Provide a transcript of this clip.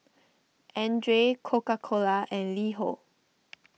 Andre Coca Cola and LiHo